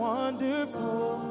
Wonderful